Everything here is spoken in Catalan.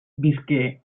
visqué